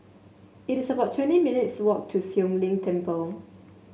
it is about twenty minutes' walk to Siong Lim Temple